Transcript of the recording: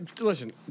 listen